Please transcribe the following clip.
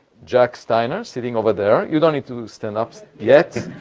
jack steiner, sitting over there. you don't need to stand up so yet.